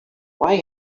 why